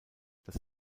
das